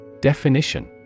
Definition